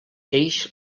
eix